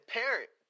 parent